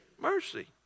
mercy